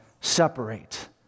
separate